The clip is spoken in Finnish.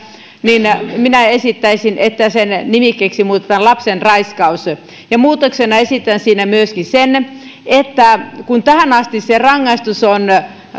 niin minä esittäisin että sen nimikkeeksi muutetaan lapsen raiskaus muutoksena esitän siinä myöskin sitä että kun tähän asti se rangaistus on ollut